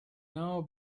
now